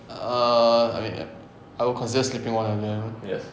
err I mean I I'll consider sleeping one of them